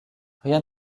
rien